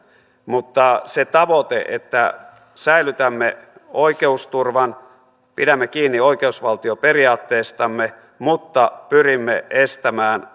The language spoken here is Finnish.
mutta se tavoite että säilytämme oikeusturvan pidämme kiinni oikeusvaltioperiaatteestamme mutta pyrimme estämään